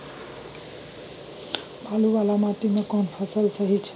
बालू वाला माटी मे केना फसल सही छै?